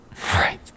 Right